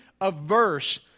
averse